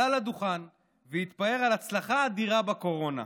הוא עלה לדוכן והתפאר בהצלחה אדירה בקורונה.